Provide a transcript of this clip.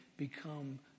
become